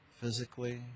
physically